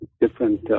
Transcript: different